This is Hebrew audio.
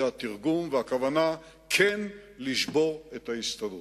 זה התרגום, והכוונה כן לשבור את ההסתדרות.